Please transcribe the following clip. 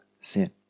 sin